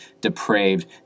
depraved